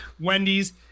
Wendy's